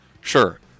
Sure